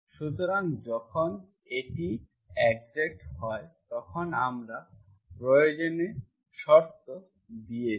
সুতরাং যখন এটি এক্সাক্ট হয় তখন আমরা প্রয়োজনীয় শর্ত দিয়েছি